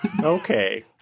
Okay